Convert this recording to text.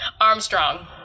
Armstrong